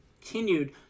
continued